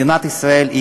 מדינת ישראל היא